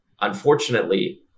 Unfortunately